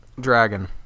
Dragon